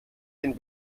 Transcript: den